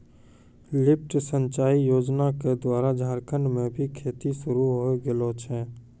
lift सिंचाई योजना क द्वारा झारखंड म भी खेती शुरू होय गेलो छै